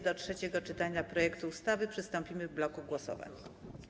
Do trzeciego czytania projektu ustawy przystąpimy w bloku głosowań.